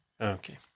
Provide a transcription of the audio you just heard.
Okay